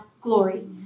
glory